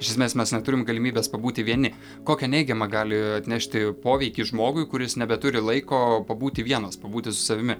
iš esmės mes neturim galimybės pabūti vieni kokią neigiamą gali atnešti poveikį žmogui kuris nebeturi laiko pabūti vienas pabūti su savimi